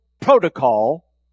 protocol